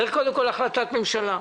צריך קודם כל החלטת ממשלה,